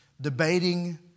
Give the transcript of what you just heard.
debating